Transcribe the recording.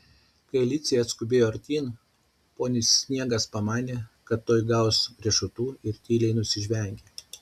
kai alicija atskubėjo artyn ponis sniegas pamanė kad tuoj gaus riešutų ir tyliai nusižvengė